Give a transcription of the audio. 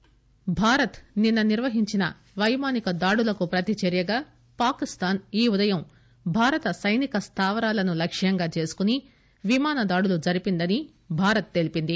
MEA Bharat నిన్న నిర్వహించిన పైమానిక దాడులకు ప్రతి చర్యగా పాకిస్తాన్ ఈ ఉదయం భారత సైనికస్థావరాలను లక్ష్యంగా చేసుకుని విమాన దాడులు జరిపిందని భారత్ తెలీపింది